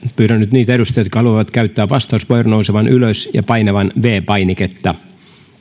pyydän nyt niitä edustajia jotka haluavat käyttää vastauspuheenvuoron nousemaan ylös ja painamaan viides painiketta